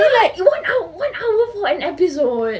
ya one hour one hour for an episode but